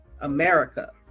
America